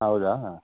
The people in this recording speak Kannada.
ಹೌದಾ